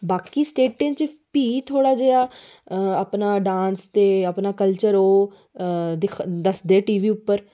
बाकि स्टेंटे च फ्ही थोडा जेहा अपना डांस ते अपवा कलचर ओह् दसदे टीवी उप्पर